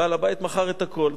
בעל-הבית מכר את הכול.